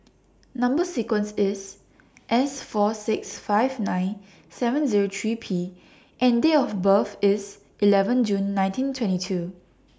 Number sequence IS S four six five nine seven Zero three P and Date of birth IS eleven June nineteen twenty two